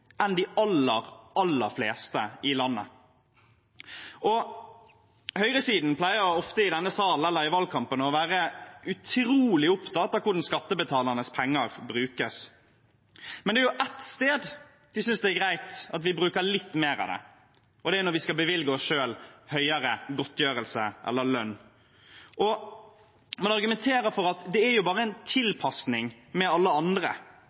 enn de aller, aller fleste i landet? Høyresiden pleier ofte i denne sal eller i valgkampen å være utrolig opptatt av hvordan skattebetalernes penger brukes. Men det er ett sted de synes det er greit at vi bruker litt mer av det, og det er når vi skal bevilge oss selv høyere godtgjørelse eller lønn. Man argumenterer for at det er bare en tilpasning til alle